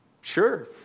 sure